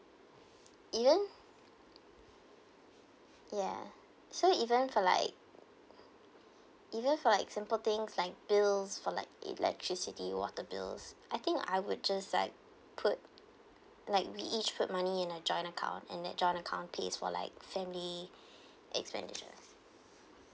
even ya so even for like even for like simple things like bills for like electricity water bills I think I would just like put like we each put money in a joint account and that joint account pays for like family expenditure